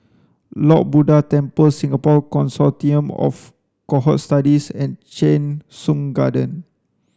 Lord Buddha Temple Singapore Consortium of Cohort Studies and Cheng Soon Garden